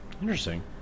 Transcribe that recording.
interesting